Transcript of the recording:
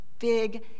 Big